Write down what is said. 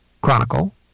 chronicle